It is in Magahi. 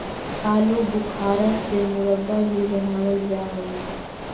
आलू बुखारा से मुरब्बा भी बनाबल जा हई